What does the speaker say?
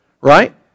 right